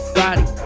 body